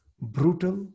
brutal